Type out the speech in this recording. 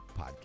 podcast